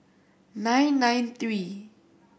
nine nine three